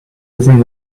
using